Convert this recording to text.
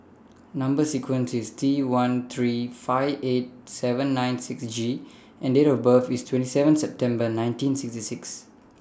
Number sequence IS T one three five eight seven nine six G and Date of birth IS twenty seven September nineteen sixty six